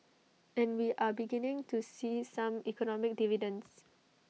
and we are beginning to see some economic dividends